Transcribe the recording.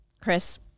Chris